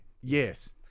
Yes